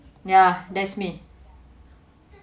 ya that's me